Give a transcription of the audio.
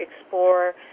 explore